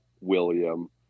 william